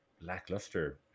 lackluster